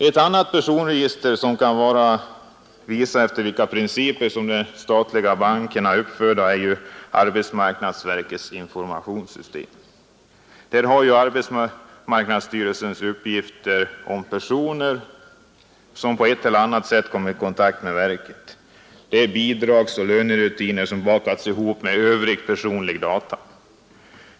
Ett annat personregister som kan visa efter vilka principer de statliga databankerna är organiserade utgör arbetsmarknadsverkets informationssystem. Där har arbetsmarknadsstyrelsen uppgifter om personer som på ett eller annat sätt kommit i kontakt med verket: det är bidragsoch lönerutiner, som bakas ihop med övriga personliga data.